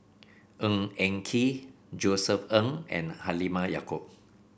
Ng Eng Kee Josef Ng and Halimah Yacob